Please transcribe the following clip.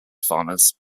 farmers